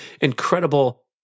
incredible